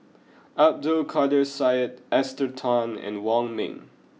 Abdul Kadir Syed Esther Tan and Wong Ming